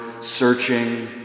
searching